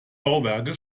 bauwerke